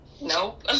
Nope